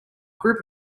group